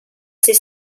ser